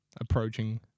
Approaching